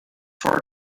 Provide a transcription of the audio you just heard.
far